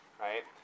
right